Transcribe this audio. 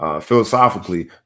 Philosophically